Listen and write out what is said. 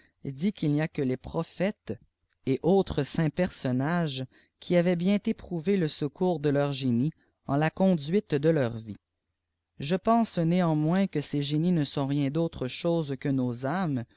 dit qu'il n'y a que les prophètes et autres saints personnages qui aient bien éprouvé le secours de leurs génies en la conduite de leur vie je pense néanmoins que ces génies ne sont rien autre chose que nos